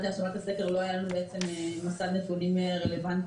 ועד השלמת הסקר לא היה לנו מסד נתונים רלוונטי.